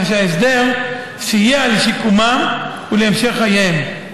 כאשר ההסדר סייע לשיקומם ולהמשך חייהם.